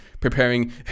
preparing